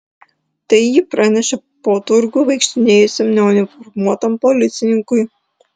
tai ji pranešė po turgų vaikštinėjusiam neuniformuotam policininkui